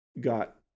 got